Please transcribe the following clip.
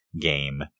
game